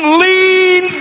lean